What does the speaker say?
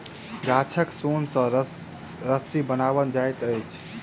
गाछक सोन सॅ रस्सी बनाओल जाइत अछि